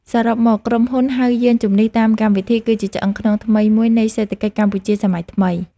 សរុបមក ក្រុមហ៊ុនហៅយានជំនិះតាមកម្មវិធី គឺជាឆ្អឹងខ្នងថ្មីមួយនៃសេដ្ឋកិច្ចកម្ពុជាសម័យថ្មី។